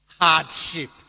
Hardship